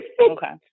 Okay